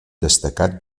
destacat